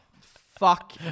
Fuck